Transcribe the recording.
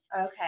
Okay